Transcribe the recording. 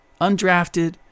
Undrafted